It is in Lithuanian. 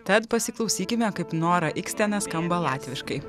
tad pasiklausykime kaip nora ikstena skamba latviškai